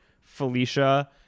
Felicia